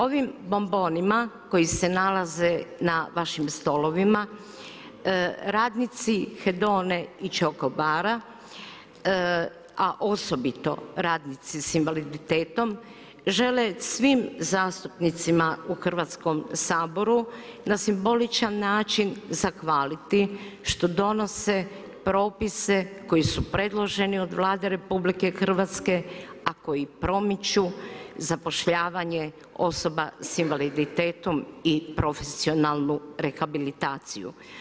Ovim bombonima koji se nalaze na vašim stolovima radnici Hedone i čoko bara a osobiti radnici s invaliditetom žele svim zastupnicima u Hrvatskom saboru, na simboličan način zahvaliti, što donose propise koji su preloženi od Vlade RH, a koji promiču zapošljavanje osoba s invaliditetom i profesionalnu rehabilitaciju.